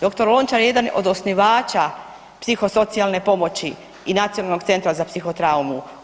Dr. Lončar je jedan od osnivača psiho socijalne pomoći i nacionalnog centra za psihotraumu.